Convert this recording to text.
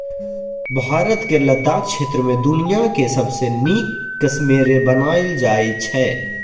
भारतक लद्दाख क्षेत्र मे दुनियाँक सबसँ नीक कश्मेरे बनाएल जाइ छै